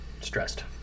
Stressed